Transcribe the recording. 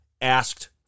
asked